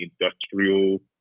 industrial